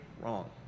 wrong